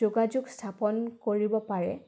যোগাযোগ স্থাপন কৰিব পাৰে